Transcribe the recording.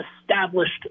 established